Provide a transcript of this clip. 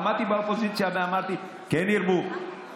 עמדתי באופוזיציה ואמרתי: כן ירבו,